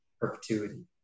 perpetuity